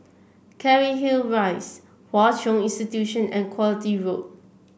Cairnhill Rise Hwa Chong Institution and Quality Road